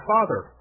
Father